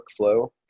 workflow